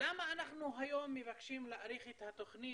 למה אנחנו היום מבקשים להאריך את התוכנית?